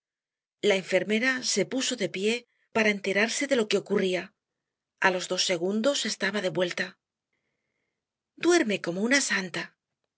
la enfermera se puso de pié para enterarse de lo que ocurría a los dos segundos estaba de vuelta duerme como una santa